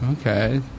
Okay